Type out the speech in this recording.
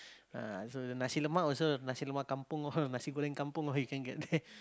ah so Nasi Lemak also Nasi Lemak Kampung all Nasi Goreng Kampung all you can get there